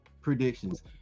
predictions